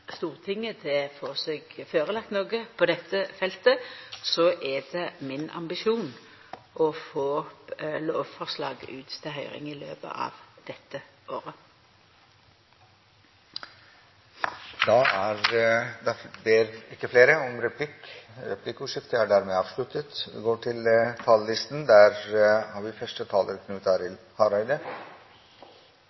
noko på dette feltet: Det er min ambisjon å få lovforslaget ut på høyring i løpet av dette året. Replikkordskiftet er